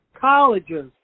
colleges